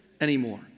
anymore